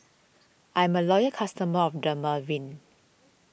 I'm a loyal customer of Dermaveen